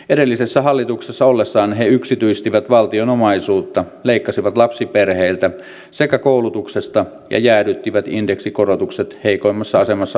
edellisessä hallituksessa ollessaan he yksityistivät valtion omaisuutta leikkasivat lapsiperheiltä sekä koulutuksesta ja jäädyttivät indeksikorotukset heikoimmassa asemassa olevilta